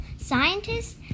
scientists